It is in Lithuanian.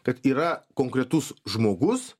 kad yra konkretus žmogus